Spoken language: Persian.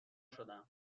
شدم